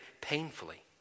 painfully